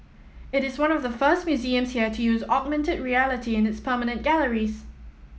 it is one of the first museums here to use augmented reality in its permanent galleries